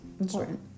important